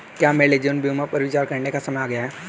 क्या मेरे लिए जीवन बीमा पर विचार करने का समय आ गया है?